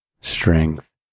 strength